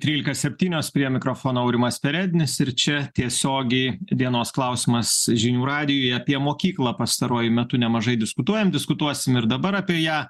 trylika septynios prie mikrofono aurimas perednis ir čia tiesiogiai dienos klausimas žinių radijuj apie mokyklą pastaruoju metu nemažai diskutuojam diskutuosim ir dabar apie ją